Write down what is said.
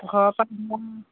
ঘৰৰপৰা বেছি দূৰ নহয়